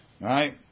Right